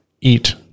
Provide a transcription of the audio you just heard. eat